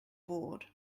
bored